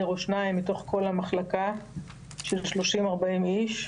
או שניים מתוך כל המחלקה של 30 או 40 איש.